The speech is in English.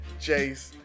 Jace